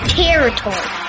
territory